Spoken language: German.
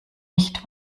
nicht